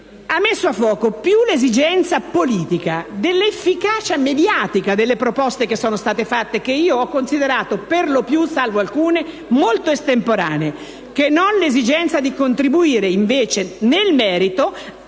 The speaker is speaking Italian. ha messo a fuoco più l'esigenza politica dell'efficacia mediatica delle proposte avanzate (che ho considerato per lo più, salvo alcune, molto estemporanee), che non l'esigenza di contribuire nel merito